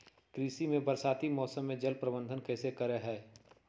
कृषि में बरसाती मौसम में जल प्रबंधन कैसे करे हैय?